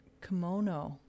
kimono